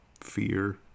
fear